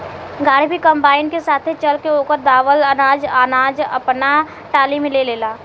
गाड़ी भी कंबाइन के साथे चल के ओकर दावल अनाज आपना टाली में ले लेला